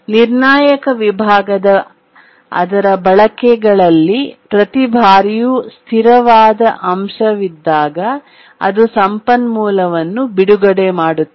ನಿರ್ಣಾಯಕ ವಿಭಾಗದ ಅದರ ಬಳಕೆಗಳಲ್ಲಿ ಪ್ರತಿ ಬಾರಿಯೂ ಸ್ಥಿರವಾದ ಅಂಶವಿದ್ದಾಗ ಅದು ಸಂಪನ್ಮೂಲವನ್ನು ಬಿಡುಗಡೆ ಮಾಡುತ್ತದೆ